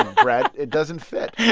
ah bret, it doesn't fit